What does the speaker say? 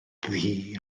ddu